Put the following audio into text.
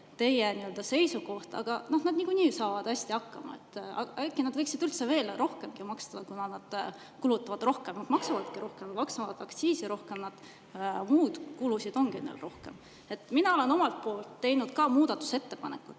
see teie seisukoht, et nad niikuinii saavad hästi hakkama, äkki nad võiksid üldse veel rohkemgi maksta, kuna nad kulutavadki rohkem ... Nad maksavadki rohkem, maksavad aktsiise rohkem, neil on muid kulusid rohkem. Mina olen omalt poolt teinud ka muudatusettepanekud